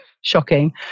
shocking